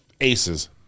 aces